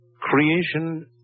creation